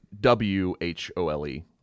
W-H-O-L-E